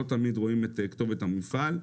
לא תמיד רואים את כתובת המפעל.